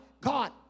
God